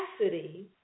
capacity